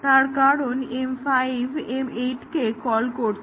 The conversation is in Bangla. তার কারণ M5 M8 কে কল করছে